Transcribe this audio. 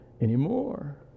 anymore